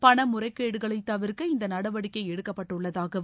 பண முறைகேடுகளை தவிர்க்க இந்த நடவடிக்கை எடுக்கப்பட்டுள்ளதாகவும்